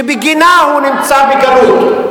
שבגינה הוא נמצא בגלות,